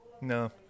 No